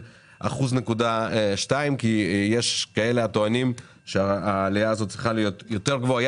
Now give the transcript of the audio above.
2%. יש כאלה הטוענים שהעלייה צריכה להיות יותר גבוהה.